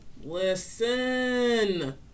Listen